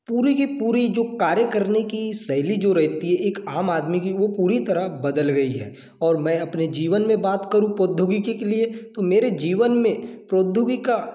पूरी की पूरी जो कार्य करने की शैली जो रहती है एक आम आदमी की वो पूरी तरह बदल गई है और मैं अपने जीवन में बात करूँ प्रौद्योगिकी के लिए तो मेरे जीवन में प्रौद्योगिकी का